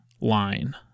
line